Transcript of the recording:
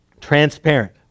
transparent